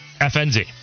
FNZ